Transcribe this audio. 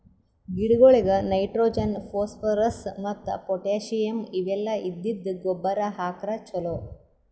ಗಿಡಗೊಳಿಗ್ nitrogen, phosphorus ಮತ್ತ್ potassium ಇವೆಲ್ಲ ಇದ್ದಿದ್ದ್ ಗೊಬ್ಬರ್ ಹಾಕ್ರ್ ಛಲೋ